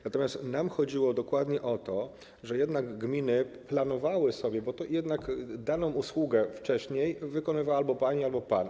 Natomiast nam chodziło dokładnie o to, że jednak gminy planowały sobie, bo daną usługę wcześniej wykonywała albo pani, albo pan.